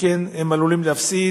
שכן הם עלולים להפסיד